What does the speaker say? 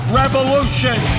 revolution